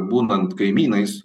būnant kaimynais